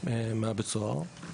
מבית הסוהר.